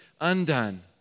undone